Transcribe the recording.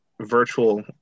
virtual